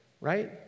right